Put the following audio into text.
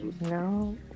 No